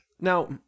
Now